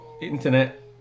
internet